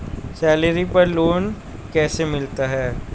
Salary पर loan कैसे मिलता है?